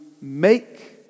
make